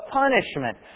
punishment